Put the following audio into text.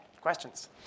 questions